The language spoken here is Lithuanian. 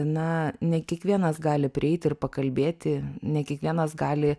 na ne kiekvienas gali prieiti ir pakalbėti ne kiekvienas gali